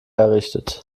errichtet